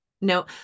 No